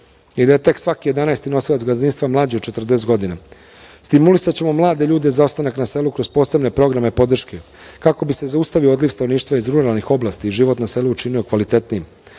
i da je tek svaki jedanaesti nosilac gazdinstva mlađi od 40 godina, stimulisaćemo mlade ljude za ostanak na selu kroz posebne programe podrške, kako bi se zaustavio odliv stanovništva iz ruralnih oblasti i život na selu učinio kvalitetnijim.